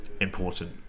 important